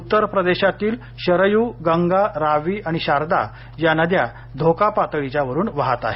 उत्तरप्रदेशातील शरयू गंगा राप्ती आणू शारदा या नद्या धोका पातळीच्यावरून वाहत आहेत